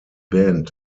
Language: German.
band